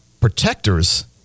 protectors